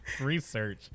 research